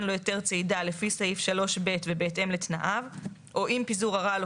לו היתר צידה לפי סעיף 3(ב) ובהתאם לתנאיו או אם פיזור הרעל או